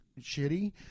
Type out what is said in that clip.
shitty